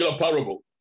parable